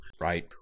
right